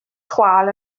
chwâl